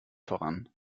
voran